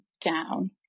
down